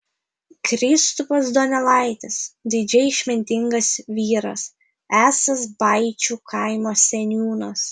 kristupas donelaitis didžiai išmintingas vyras esąs baičių kaimo seniūnas